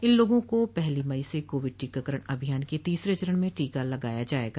इन लोगों को पहली मई से कोविड टीकाकरण अभियान के तीसरे चरण में टीका लगाया जाएगा